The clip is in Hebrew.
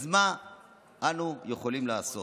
אז מה אנו יכולים לעשות?